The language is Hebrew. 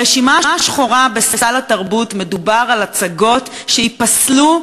ברשימה השחורה בסל התרבות מדובר על הצגות שייפסלו,